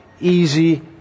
easy